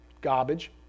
garbage